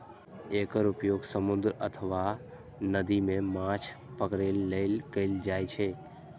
एकर उपयोग समुद्र अथवा नदी मे माछ पकड़ै लेल कैल जाइ छै